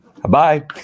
Bye